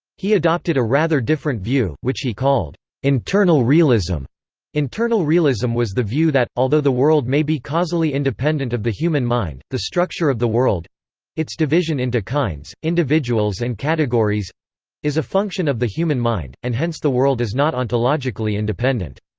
he adopted a rather different view, which he called internal realism internal realism was the view that, although the world may be causally independent of the human mind, the structure of the world its division into kinds, individuals and categories is a function of the human mind, and hence the world is not ontologically independent.